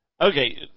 okay